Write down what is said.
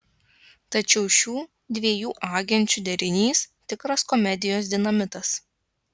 tačiau šių dviejų agenčių derinys tikras komedijos dinamitas